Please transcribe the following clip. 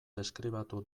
deskribatu